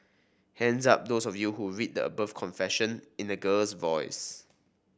hands up those of you who read the above confession in a girl's voice